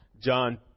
john